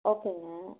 ஓகேங்க